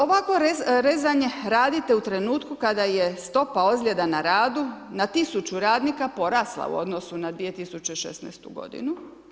Ovakvo rezanje radite u trenutku kada je stopa ozljeda na radu na tisuću radnika porasla u odnosu na 2016. godinu.